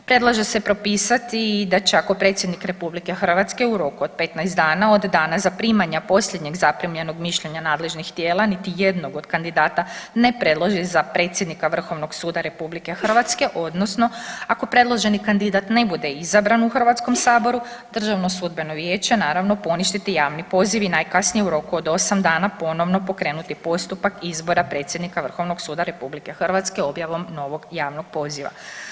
Predlaže se propisati da će ako predsjednik Republike Hrvatske u roku od 15 dana od dana zaprimanja posljednjeg zaprimljenog mišljenja nadležnih tijela niti jednog od kandidata ne predloži za predsjednika Vrhovnog suda RH odnosno ako predloženi kandidat ne bude izabran u Hrvatskom saboru Državno sudbeno vijeće naravno poništiti javni poziv i najkasnije u roku od 8 dana ponovno pokrenuti postupak izbora predsjednika Vrhovnog suda RH objavom novog javnog poziva.